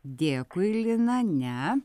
dėkui lina ne